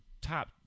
top